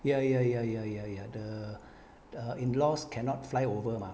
ya ya ya ya ya ya the the in laws cannot fly over mah